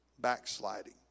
Backsliding